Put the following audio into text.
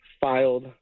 filed